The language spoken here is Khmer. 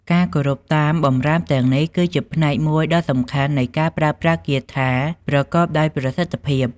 ការគោរពតាមបម្រាមទាំងនេះគឺជាផ្នែកមួយដ៏សំខាន់នៃការប្រើប្រាស់គាថាប្រកបដោយប្រសិទ្ធភាព។